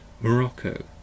Morocco